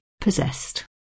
possessed